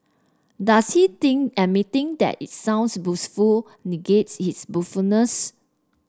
does he think admitting that it sounds boastful negates his